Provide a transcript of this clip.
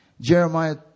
Jeremiah